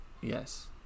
Yes